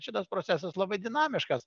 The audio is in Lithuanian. šitas procesas labai dinamiškas